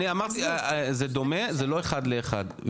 אני אמרתי זה דומה, זה לא אחד לאחד.